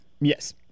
Yes